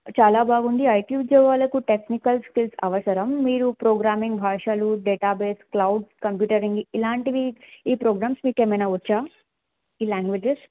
చాలా బాగుంది ఐటీ ఉద్యోగాలకు టెక్నికల్ స్కిల్స్ అవసరం మీరు ప్రోగ్రామింగ్ భాషలు డేటాబేస్ క్లౌడ్ కంప్యూటరింగ్ ఇలాంటివి ఈ ప్రోగ్రామ్స్ మీకు ఏమైన వచ్చా ఈ లాంగ్వేజెస్